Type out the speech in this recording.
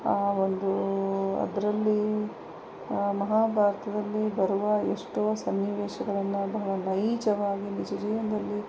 ಆ ಒಂದು ಅದರಲ್ಲಿ ಮಹಾಭಾರತದಲ್ಲಿ ಬರುವ ಎಷ್ಟೋ ಸನ್ನಿವೇಶಗಳನ್ನು ಅಂತಹ ನೈಜವಾಗಿ ನಿಜ ಜೀವನದಲ್ಲಿ